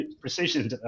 precision